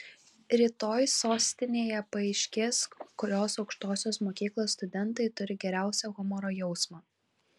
rytoj sostinėje paaiškės kurios aukštosios mokyklos studentai turi geriausią humoro jausmą